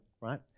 right